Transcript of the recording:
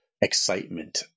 excitement